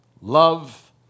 love